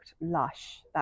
lush